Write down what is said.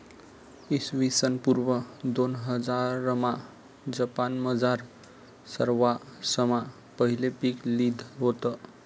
इसवीसन पूर्व दोनहजारमा जपानमझार सरवासमा पहिले पीक लिधं व्हतं